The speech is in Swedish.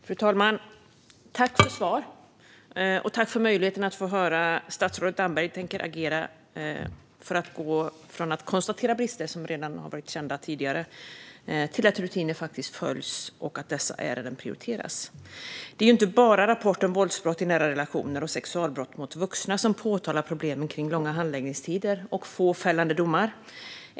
Fru talman! Tack för svar, och tack för möjligheten att få höra hur statsrådet Damberg tänker agera för att gå från att konstatera brister som har varit kända sedan tidigare till att rutiner följs och att dessa ärenden prioriteras. Det är inte bara rapporten Våldsbrott i nära relationer och sexualbrott mot vuxna som påtalar problemen med långa handläggningstider och få fällande domar.